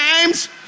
times